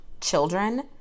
children